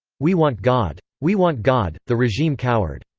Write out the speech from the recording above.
we want god! we want god the regime cowered.